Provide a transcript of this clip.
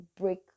break